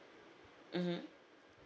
mmhmm